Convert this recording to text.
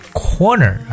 corner